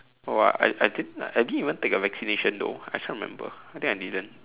oh I I didn't like I didn't even take a vaccination though I can't remember I think I didn't